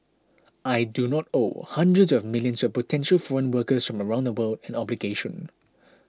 I do not owe hundreds of millions of potential foreign workers from around the world an obligation